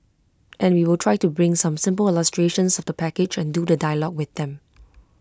and we will try to bring some simple illustrations of the package and do the dialogue with them